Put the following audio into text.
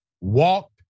walked